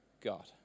God